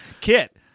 Kit